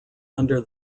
under